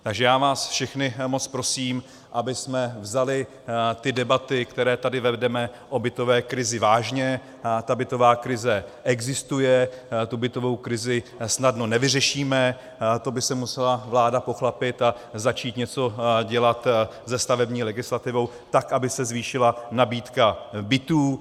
Takže já vás všechny moc prosím, abychom vzali ty debaty, které tady vedeme o bytové krizi, vážně, ta bytová krize existuje, tu bytovou krizi snadno nevyřešíme, to by se musela vláda pochlapit a začít něco dělat se stavební legislativou tak, aby se zvýšila nabídka bytů.